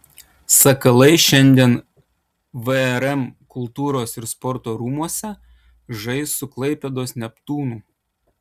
sakalai šiandien vrm kultūros ir sporto rūmuose žais su klaipėdos neptūnu